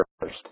first